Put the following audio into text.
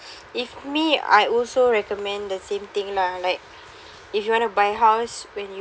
if me I also recommend the same thing lah like if you wanna buy house when you